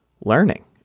learning